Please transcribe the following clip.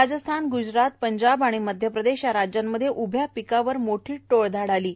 राजस्थान गुजरात पंजाब आणि मध्यप्रदेश या राज्यांमधे उभ्या पिकावर मोठी टोळधाड आली आहे